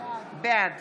בעד